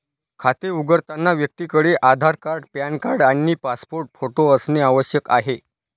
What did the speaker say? खाते उघडताना व्यक्तीकडे आधार कार्ड, पॅन कार्ड आणि पासपोर्ट फोटो असणे आवश्यक आहे